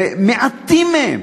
מעטים מהם,